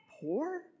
Poor